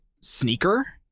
sneaker